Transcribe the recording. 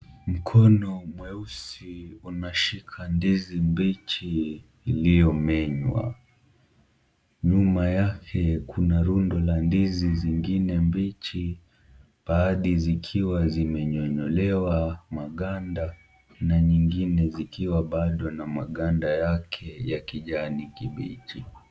Mkono mweusi unashika ndizi mbichi iliyomenywa . Nyuma yake kuna rundo la ndizi zingine mbichi baadhi zikiwa zimenyonyolewa maganda na nyingine zikiwa bado na maganda yake ya kijani kibichi.